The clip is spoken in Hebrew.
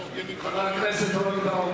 חבר הכנסת רוני בר-און,